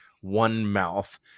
one-mouth